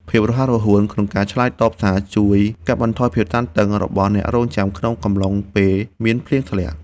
ភាពរហ័សរហួនក្នុងការឆ្លើយតបសារជួយកាត់បន្ថយភាពតានតឹងរបស់អ្នករង់ចាំក្នុងកំឡុងពេលមានភ្លៀងធ្លាក់។